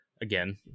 again